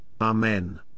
Amen